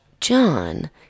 John